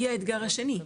היא האתגר השני,